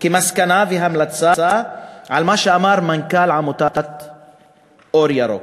על מה שכתב ואמר כמסקנה והמלצה מנכ"ל עמותת "אור ירוק".